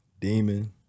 Demon